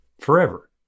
forever